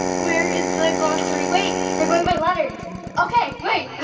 where is the glossary? wait. they're going by letters. okay, wait.